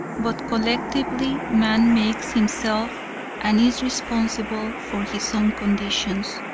but collectively, man makes himself and is responsible for his own conditions.